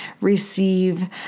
receive